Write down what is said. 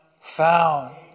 found